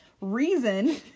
reason